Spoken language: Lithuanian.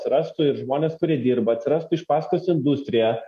atsirastų ir žmonės kurie dirba atsirastų iš paskos industrija